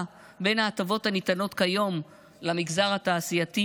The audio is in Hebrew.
בין ההטבות הניתנות כיום למגזר התעשייתי,